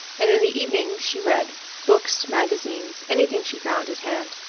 and in the evenings she read books, magazines, anything she found at hand.